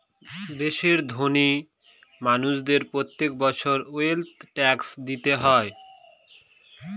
দেশের ধোনি মানুষদের প্রত্যেক বছর ওয়েলথ ট্যাক্স দিতে হয়